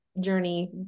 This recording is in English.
journey